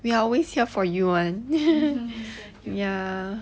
ya lor we are always here for you [one] ya